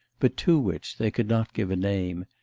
but to which they could not give a name,